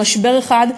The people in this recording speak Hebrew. במשבר אחד,